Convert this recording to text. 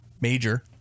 Major